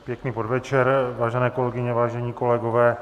Pěkný podvečer, vážené kolegyně, vážení kolegové.